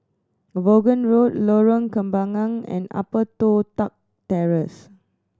Vaughan Road Lorong Kembagan and Upper Toh Tuck Terrace